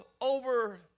over